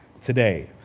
today